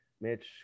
Mitch